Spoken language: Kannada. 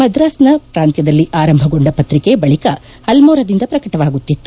ಮದ್ರಾಸ್ ಪ್ರಾಂತ್ಯದಲ್ಲಿ ಆರಂಭಗೊಂಡ ಪತ್ರಿಕೆ ಬಳಿಕ ಅಲ್ಟೋರದಿಂದ ಪ್ರಕಟವಾಗುತ್ತಿತ್ತು